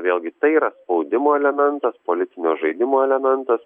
vėlgi tai yra spaudimo elementas politinio žaidimo elementas